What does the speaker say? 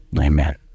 Amen